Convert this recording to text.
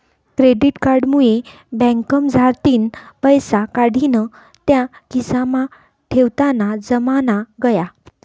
credit card मुये बँकमझारतीन पैसा काढीन त्या खिसामा ठेवताना जमाना गया